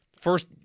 First